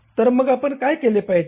तर मग आपण काय केले पाहिजे